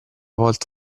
volta